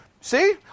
see